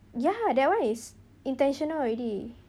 ya that one is intentional already